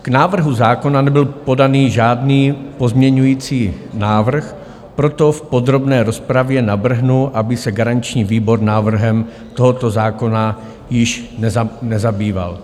K návrhu zákona nebyl podán žádný pozměňovací návrh, proto v podrobné rozpravě navrhnu, aby se garanční výborem návrhem tohoto zákona již nezabýval.